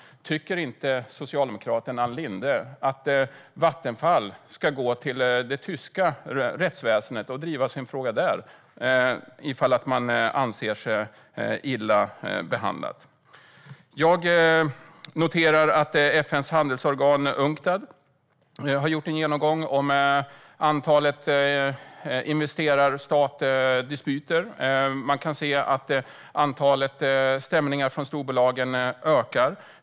Tycker inte socialdemokraten Ann Linde att Vattenfall ska gå till det tyska rättsväsendet och driva sin fråga där om man anser sig illa behandlad? Jag noterar att FN:s handelsorgan Unctad har gjort en genomgång av antalet dispyter mellan investerare och stat. Man kan se att antalet stämningar från storbolagen ökar.